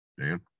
dan